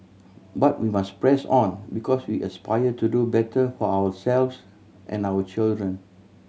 but we must press on because we aspire to do better for ourselves and our children